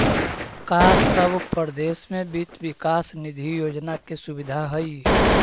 का सब परदेश में वित्त विकास निधि योजना के सुबिधा हई?